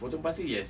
potong pasir yes